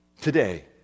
Today